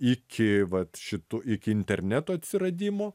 iki vat šitų iki interneto atsiradimo